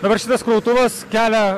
dabar šitas krautuvas kelia